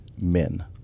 men